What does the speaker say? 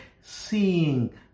seeing